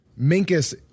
Minkus